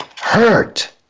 hurt